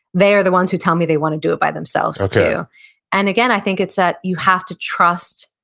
they are the ones who tell me they want to do it by themselves too okay and again, i think it's that you have to trust,